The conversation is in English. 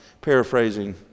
paraphrasing